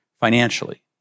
financially